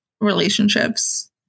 relationships